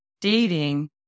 dating